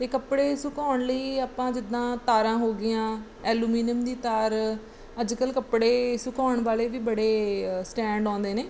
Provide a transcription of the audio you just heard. ਅਤੇ ਕੱਪੜੇ ਸੁਕਾਉਣ ਲਈ ਆਪਾਂ ਜਿੱਦਾਂ ਤਾਰਾਂ ਹੋ ਗਈਆਂ ਐਲੂਮੀਨੀਅਮ ਦੀ ਤਾਰ ਅੱਜ ਕੱਲ੍ਹ ਕੱਪੜੇ ਸੁਕਾਉਣ ਵਾਲੇ ਵੀ ਬੜੇ ਸਟੈਂਡ ਆਉਂਦੇ ਨੇ